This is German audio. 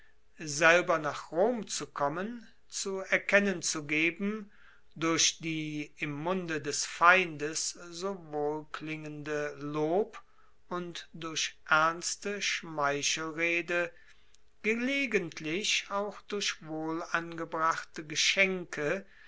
selber nach rom zu kommen zu erkennen zu geben durch die im munde des feindes so wohlklingende lob und durch ernste schmeichelrede gelegentlich auch durch wohlangebrachte geschenke